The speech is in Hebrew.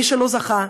ומי שלא זכה,